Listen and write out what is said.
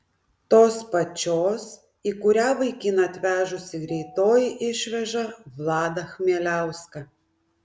tos pačios į kurią vaikiną atvežusi greitoji išveža vladą chmieliauską